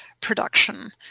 production